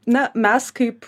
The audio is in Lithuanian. na mes kaip